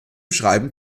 schreiben